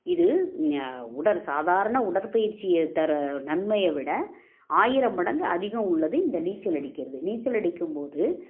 இது உடல் சாதாரண உடற்பயிற்சியை தர நன்மைய விட ஆயிரம் மடங்கு அதிகம் உள்ளது இந்த நீச்சல் அடிக்கிறது நீச்சல் அடிக்கும்போது